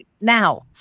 now